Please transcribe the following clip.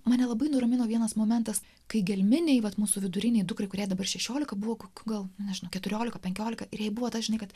mane labai nuramino vienas momentas kai gelminei vat mūsų vidurinei dukrai kuriai dabar šešiolika buvo kokių gal nežinau keturiolika penkiolika ir jai buvo tas žinai kad